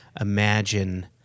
Imagine